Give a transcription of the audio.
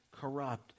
corrupt